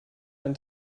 ein